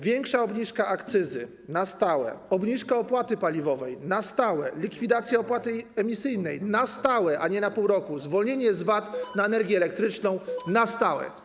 Większa obniżka akcyzy na stałe, obniżka opłaty paliwowej na stałe, likwidacja opłaty emisyjnej na stałe, a nie na pół roku, zwolnienie z VAT na energię elektryczną na stałe.